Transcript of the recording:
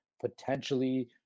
potentially